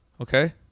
okay